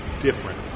different